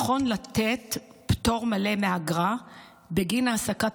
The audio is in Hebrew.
נכון לתת פטור מלא מאגרה בגין העסקת